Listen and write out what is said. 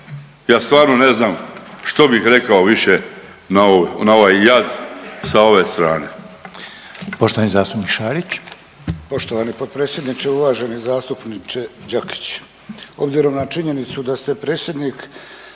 Ja stvarno ne znam što bih rekao više na ovaj jad sa ove strane.